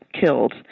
killed